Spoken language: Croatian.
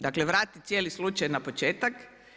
Dakle, vrati cijelu slučaj na početak.